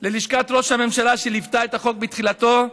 גם ללשכת ראש הממשלה, שליוותה את החוק בתחילתו,